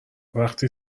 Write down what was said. وقتی